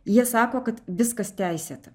jie sako kad viskas teisėta